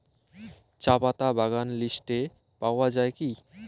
চাপাতা বাগান লিস্টে পাওয়া যায় কি?